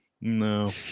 no